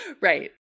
right